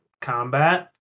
combat